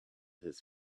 his